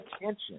attention